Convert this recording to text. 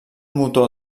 motor